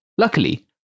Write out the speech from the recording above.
Luckily